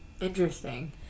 Interesting